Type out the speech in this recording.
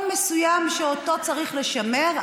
לא, יש עיקרון מסוים שאותו צריך לשמר,